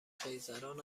خیزران